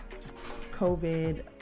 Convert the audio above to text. COVID